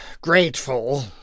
grateful